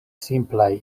simplaj